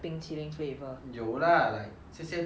有 lah 这些都有 try 过